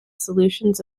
solutions